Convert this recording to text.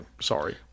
Sorry